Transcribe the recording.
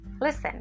listen